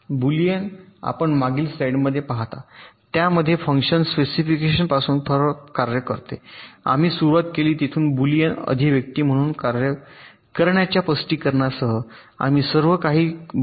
Boolean आपण मागील स्लाइडकडे पाहता त्याप्रमाणे फंक्शन स्पेसिफिकेशनपासून फरक कार्य करते आम्ही सुरुवात केली तेथून बुलियन अभिव्यक्ती म्हणून कार्य करण्याच्या स्पष्टीकरणासह आम्ही सर्व काही केले बरोबर